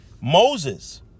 Moses